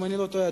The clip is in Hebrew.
אם אני לא טועה,